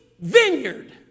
vineyard